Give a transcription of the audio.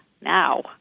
now